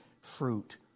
fruit